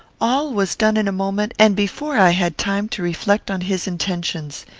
all was done in a moment, and before i had time to reflect on his intentions.